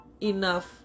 enough